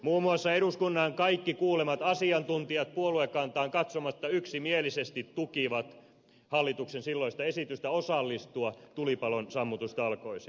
muun muassa kaikki eduskunnan kuulemat asiantuntijat puoluekantaan katsomatta yksimielisesti tukivat hallituksen silloista esitystä osallistua tulipalon sammutustalkoisiin